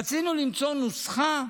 רצינו למצוא נוסחה,